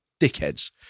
dickheads